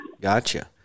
Gotcha